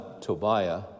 Tobiah